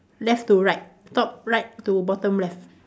left to right top right to bottom left